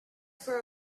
for